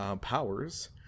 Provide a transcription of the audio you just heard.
powers